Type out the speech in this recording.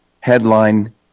Headline